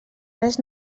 res